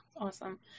Awesome